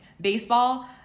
Baseball